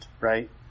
right